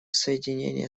соединение